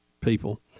people